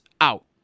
out